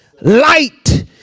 light